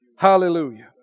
Hallelujah